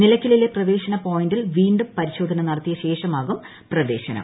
നിലയ്ക്കലിലെ പ്രവേശന പോയിന്റിൽ വീണ്ടും പരിശോധന നടത്തിയശേഷമാകും പ്രവേശനം